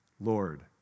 Lord